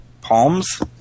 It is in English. Palms